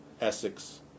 Essex